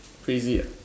crazy ah